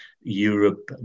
Europe